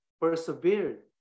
Persevered